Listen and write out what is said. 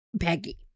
Peggy